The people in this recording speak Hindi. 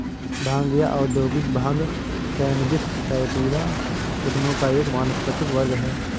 भांग या औद्योगिक भांग कैनबिस सैटिवा किस्मों का एक वानस्पतिक वर्ग है